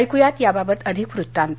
ऐक्या याबाबत अधिक वृत्तांत